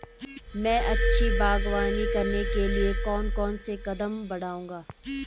मैं अच्छी बागवानी करने के लिए कौन कौन से कदम बढ़ाऊंगा?